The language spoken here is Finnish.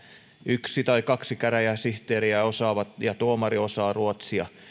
yksi tai kaksi käräjäsihteeriä osaa ja tuomari osaa ruotsia